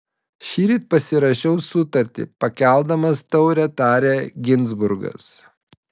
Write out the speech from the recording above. šįryt pasirašiau sutartį pakeldamas taurę tarė ginzburgas